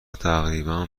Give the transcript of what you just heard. تقریبا